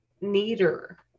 neater